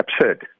absurd